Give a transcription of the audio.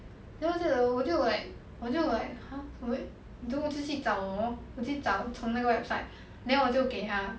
then 我就 like 我就 like !huh! what 你怎么就去找我 lor 我去找从那个 website then 我就给他